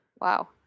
wow